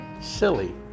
silly